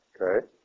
Okay